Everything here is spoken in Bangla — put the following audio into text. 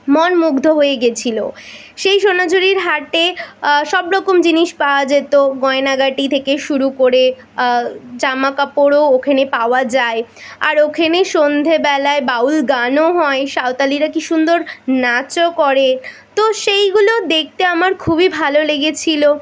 মন মুগ্ধ হয়ে গেছিলো সেই সোনাঝুরির হাটে সব রকম জিনিস পাওয়া যেত গয়নাগাটি থেকে শুরু করে জামাকাপড়ও ওখানে পাওয়া যায় আর ওখানে সন্ধেবেলায় বাউল গানও হয় সাঁওতালিরা কি সুন্দর নাচও করে তো সেইগুলো দেখতে আমার খুবই ভালো লেগেছিলো